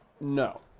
no